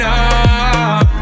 up